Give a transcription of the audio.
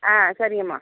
ஆ சரிங்கம்மா